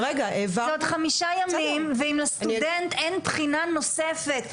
זה עוד חמישה ימים ואם לסטודנט אין בחינה נוספת,